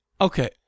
Okay